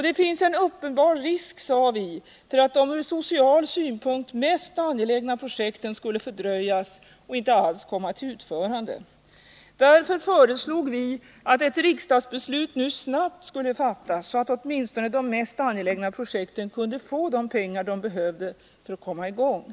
Det finns en uppenbar risk, sade vi, för att de från spcial synpunkt mest angelägna projekten skulle fördröjas eller inte alls komma till utförande. Därför föreslog vi att ett riksdagsbeslut nu snabbt skulle fattas, så att åtminstone de mest angelägna projekten kunde få de pengar de behövde för att komma i Nr 56 gång.